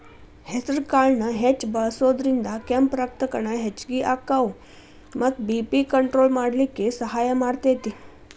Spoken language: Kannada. ಹೆಸರಕಾಳನ್ನ ಹೆಚ್ಚ್ ಬಳಸೋದ್ರಿಂದ ಕೆಂಪ್ ರಕ್ತಕಣ ಹೆಚ್ಚಗಿ ಅಕ್ಕಾವ ಮತ್ತ ಬಿ.ಪಿ ಕಂಟ್ರೋಲ್ ಮಾಡ್ಲಿಕ್ಕೆ ಸಹಾಯ ಮಾಡ್ತೆತಿ